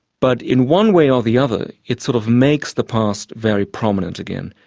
but in one way or the other it sort of makes the past very prominent again.